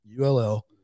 ULL